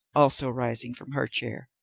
also rising from her chair.